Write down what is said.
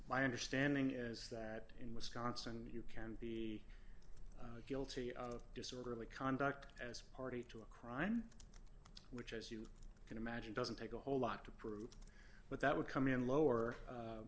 my understanding is that in wisconsin you can be guilty of disorderly conduct as a party to a crime which as you can imagine doesn't take a whole lot to prove but that would come in lower